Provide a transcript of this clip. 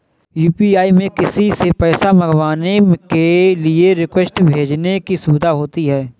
UPI में किसी से पैसा मंगवाने के लिए रिक्वेस्ट भेजने की सुविधा होती है